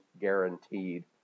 guaranteed